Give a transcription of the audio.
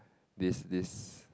this this